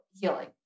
healing